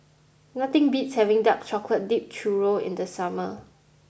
nothing beats having Dark Chocolate Dipped Churro in the summer